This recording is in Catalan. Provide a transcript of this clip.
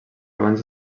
abans